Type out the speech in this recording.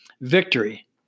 victory